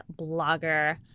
blogger